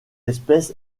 espèce